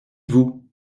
vous